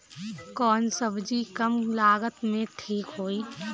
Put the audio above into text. कौन सबजी कम लागत मे ठिक होई?